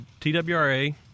TWRA